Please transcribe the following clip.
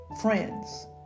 friends